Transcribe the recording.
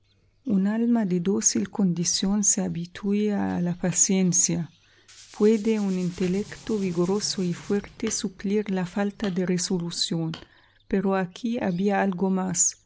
un alma de dócil condición se habitúa a la paciencia puede un intelecto vigoroso y fuerte suplir la falta de resolución pero aquí había algo más